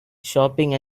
shopping